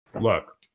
look